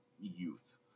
youth